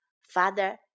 Father